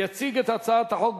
יציג את הצעת החוק,